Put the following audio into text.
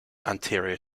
anterior